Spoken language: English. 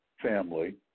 family